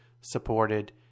supported